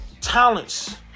talents